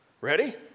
Ready